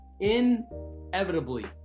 inevitably